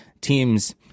teams